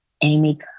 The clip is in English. Amy